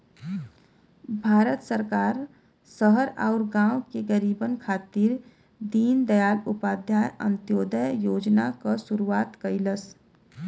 भारत सरकार शहर आउर गाँव के गरीबन खातिर दीनदयाल उपाध्याय अंत्योदय योजना क शुरूआत कइलस